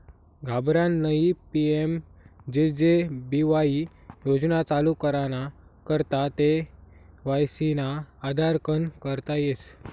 घाबरानं नयी PMJJBY योजना चालू कराना करता के.वाय.सी ना आधारकन करता येस